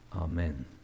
Amen